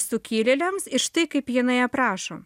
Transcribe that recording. sukilėliams ir štai kaip jinai aprašo